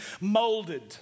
molded